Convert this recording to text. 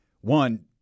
one